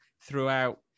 throughout